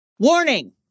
Warning